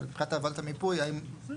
אבל מבחינת עבודת המיפוי האם,